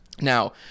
now